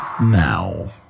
now